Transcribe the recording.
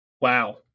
wow